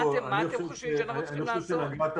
מה אתם חושבים שאנחנו צריכים לעשות,